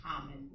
common